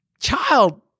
child